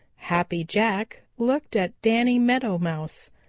happy jack looked at danny meadow mouse.